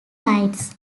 nights